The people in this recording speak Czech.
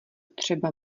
třeba